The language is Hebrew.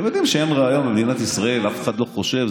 ואולם, בהתאם לחוק-יסוד: